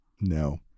no